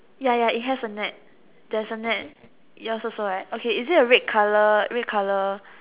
ya ya it has a net there's a net yours also right okay is it a red colour red colour